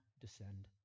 descend